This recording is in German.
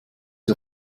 ihr